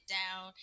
down